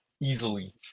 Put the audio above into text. easily